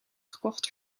gekocht